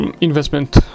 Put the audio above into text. investment